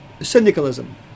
syndicalism